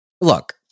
look